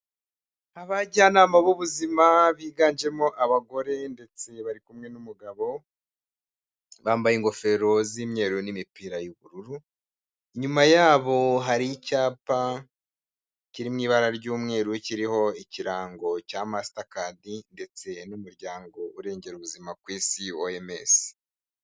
Abajyanama b'ubuzima biganjemo abagore ndetse bari kumwe n'umugabo, bambaye ingofero z'imyeru n'imipira y'ubururu, inyuma yabo hari icyapa kiri mu ibara ry'umweru kiriho ikirango cya Mastercad ndetse n'umuryango urengera ubuzima ku isi OMS.